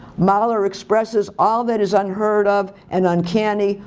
mahler expresses all that is unheard of and uncanny,